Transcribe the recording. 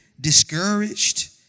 discouraged